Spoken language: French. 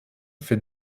fait